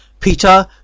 Peter